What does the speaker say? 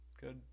Good